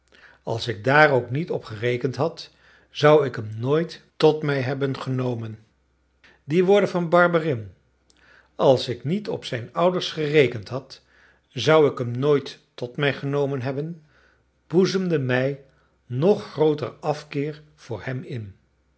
als ik daar ook niet op gerekend had zou ik hem nooit tot mij hebben genomen die woorden van barberin als ik niet op zijn ouders gerekend had zou ik hem nooit tot mij genomen hebben boezemden mij nog grooter afkeer voor hem in